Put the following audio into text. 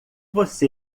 você